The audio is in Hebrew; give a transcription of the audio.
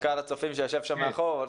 מנכ"ל הצופים, שיושב שם מאחור.